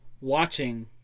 watching